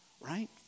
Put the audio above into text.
Right